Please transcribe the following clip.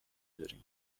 داریم